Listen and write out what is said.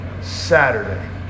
Saturday